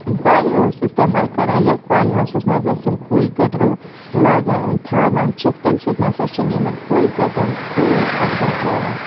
پالہِ house اِستعمال کران یَتھ پالہِ ہاوسَس منٛز أسۍ یِم کُلۍ کٔٹۍ رُوا لاگا تھاوان چھِ تَمہِ سۭتۍ نہ ہسا چھِنہٕ یِمن کُلۍ کٹٮ۪ن کٕہٕنۍ اَثَر پیٚوان